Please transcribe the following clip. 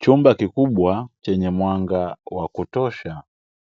Chumba kikubwa chenye mwanga wa kutosha